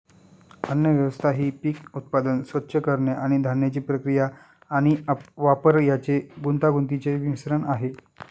अन्नव्यवस्था ही पीक उत्पादन, स्वच्छ करणे आणि धान्याची प्रक्रिया आणि वापर यांचे गुंतागुंतीचे मिश्रण आहे